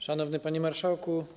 Szanowny Panie Marszałku!